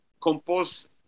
compose